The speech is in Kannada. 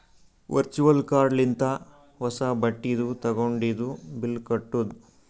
ವರ್ಚುವಲ್ ಕಾರ್ಡ್ ಲಿಂತ ಹೊಸಾ ಬಟ್ಟಿದು ತಗೊಂಡಿದು ಬಿಲ್ ಕಟ್ಟುದ್